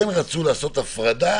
כן רצו לעשות הפרדה